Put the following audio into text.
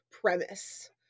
premise